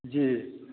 जी